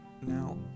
Now